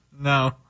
No